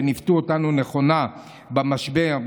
שניווטו אותנו נכונה במשבר,